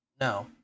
No